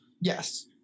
Yes